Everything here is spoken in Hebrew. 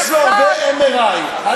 יש לו הרבה MRI. חבר הכנסת חסון,